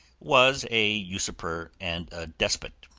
was a usurper and a despot.